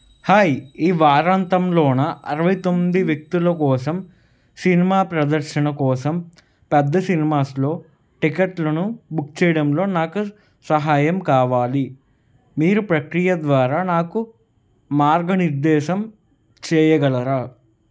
hi ఈ వారాంతంలో అరవై తొమ్మిది వ్యక్తుల కోసం సినిమా ప్రదర్శన కోసం పెద్ద సినిమాస్లో టిక్కెట్లను బుక్ చేయడంలో నాకు సహాయం కావాలి మీరు ప్రక్రియ ద్వారా నాకు మార్గనిర్దేశం చేయగలరా